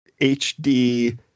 HD